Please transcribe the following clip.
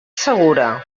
segura